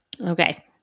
Okay